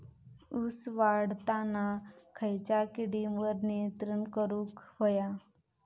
ऊस वाढताना खयच्या किडींवर नियंत्रण करुक व्हया?